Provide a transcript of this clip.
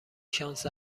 شانس